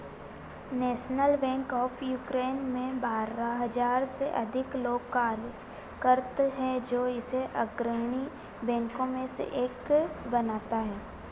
national bank of Ukraine में बारह हज़ार से अधिक लोग कार करते हैं जो इसे अग्रणी बैंकों में से एक बनाता है